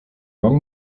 mam